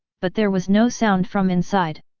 but there was no sound from inside.